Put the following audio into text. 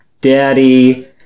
daddy